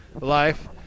life